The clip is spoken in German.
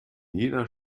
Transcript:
jener